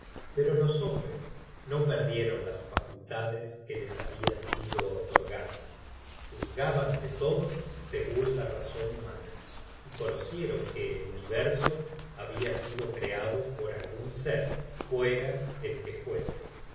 pero los hombres no perdieron las facultades que les habian sido otorgadas juzgaban de todo segun la razon humana y conocieron que el universo habia sido creado por algun ser fuera el que fuese